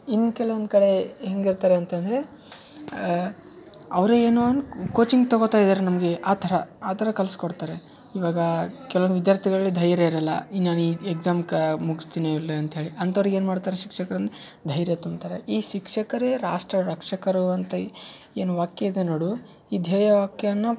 ಇನ್ನ ಕೆಲವೊಂದು ಕಡೇ ಹೇಗಿರ್ತಾರೆ ಅಂತಂದರೆ ಅವ್ರೆ ಏನೋ ಒನ್ ಕೋಚಿಂಗ್ ತಗೋತ ಇದಾರೆ ನಮಗೆ ಆ ಥರ ಆ ಥರ ಕಲ್ಸ್ಕೊಡ್ತಾರೆ ಇವಾಗ ಕೆಲವೊಂದು ವಿದ್ಯಾರ್ಥಿಗಳಿಗೆ ಧೈರ್ಯ ಇರಲ್ಲ ಇನ್ನ ನಾನು ಈ ಎಕ್ಸಾಮ್ ಕ ಮುಗ್ಸ್ತೀನಿ ಇಲ್ಲವಾ ಅಂತ್ಹೇಳಿ ಅಂಥವ್ರಿಗೆ ಏನು ಮಾಡ್ತಾರೆ ಶಿಕ್ಷಕ್ರು ಅಂದು ಧೈರ್ಯ ತುಂಬ್ತಾರೆ ಈ ಶಿಕ್ಷಕರೇ ರಾಷ್ಟ್ರ ರಕ್ಷಕರು ಅಂತ ಏನು ವಾಕ್ಯ ಇದೆ ನೋಡು ಈ ಧ್ಯೇಯ ವ್ಯಾಕ್ಯವನ್ನ